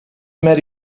met